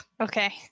Okay